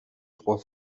trois